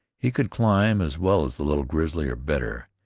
he could climb as well as the little grizzly, or better,